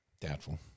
Doubtful